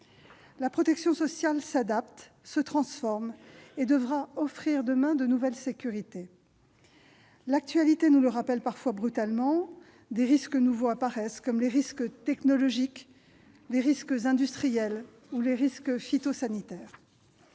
La protection sociale s'adapte, se transforme et devra offrir demain de nouvelles sécurités. L'actualité nous le rappelle parfois brutalement, des risques nouveaux apparaissent, comme les risques technologiques, industriels ou phytosanitaires.